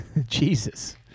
Jesus